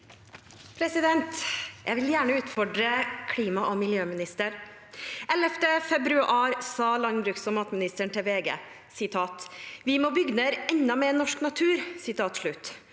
Jeg vil gjerne utfordre klima- og miljøministeren. Den 11. februar sa landbruks- og matministeren til VG: «Vi må bygge ned enda mer norsk natur!» Han